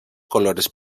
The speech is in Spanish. colores